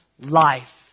life